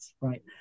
right